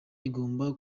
igomba